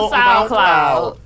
SoundCloud